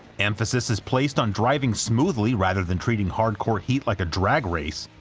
emphasis is placed on driving smoothly rather than treating hardcore heat like a drag race,